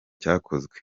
cyakozwe